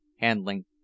handling